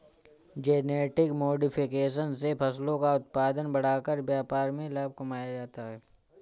genetic modification से फसलों का उत्पादन बढ़ाकर व्यापार में लाभ कमाया जाता है